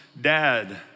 dad